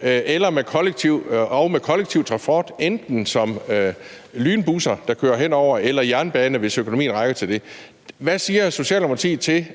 eller med kollektiv transport også, f.eks. med lynbusser, der kører hen over el- og jernbanen, hvis økonomien rækker til det, så hvad siger Socialdemokratiet til